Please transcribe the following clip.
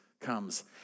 comes